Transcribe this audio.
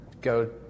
go